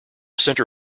center